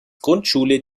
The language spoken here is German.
grundschule